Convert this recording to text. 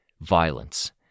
Violence